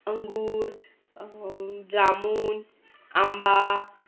अंगूर जामून आंबा